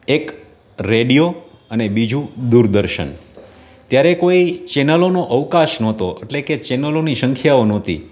એક રેડિયો અને બીજું દૂરદર્શન ત્યારે કોઈ ચેનલોનો અવકાશ નહોતો અટલે કે ચેનલોની સંખ્યાઓ નહોતી